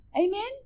Amen